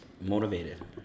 Motivated